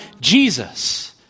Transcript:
Jesus